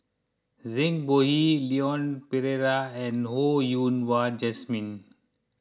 Zhang Bohe Leon Perera and Ho Yen Wah Jesmine